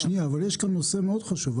יש כאן נושא מאוד חשוב.